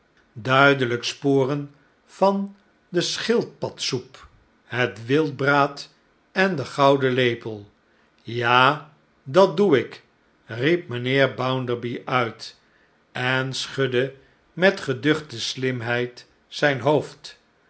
duidelijk sporen van de schildpadsoep het wildbraad en den gouden lepel ja dat doe ik riep mijnheer bounderby uit en schudde met geduchte slimheid zijn hoofd